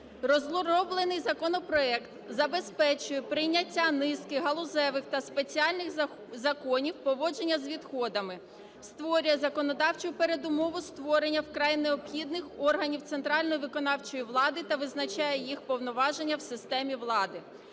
Розроблений законопроект забезпечує прийняття низки галузевих та спеціальних законів поводження з відходами, створює законодавчу передумову створення вкрай необхідних органів центральної виконавчої влади та визначає їх повноваження в системі влади,